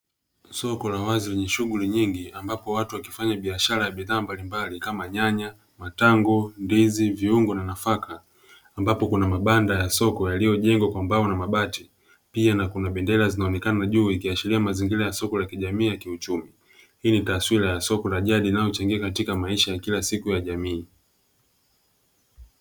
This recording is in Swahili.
Soko la wazi lenye shughuli nyingi ambapo watu wakifanya biashara ya bidhaa mbalimbali kama: nyanya, matango, ndizi, viungo na nafaka; ambapo kuna mabanda ya soko yaliyojengwa kwa mbao na mabati, pia na kuna bendera zinaonekana juu ikiashiria mazingira ya soko la kijamii na kiuchumi. Hii ni taswira ya soko la jadi linalochangia katika maisha ya kila siku ya jamii.